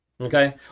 Okay